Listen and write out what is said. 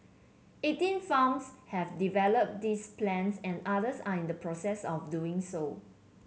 eighteen farms have developed these plans and others are in the process of doing so